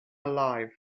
alive